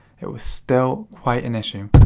it was still quite an issue.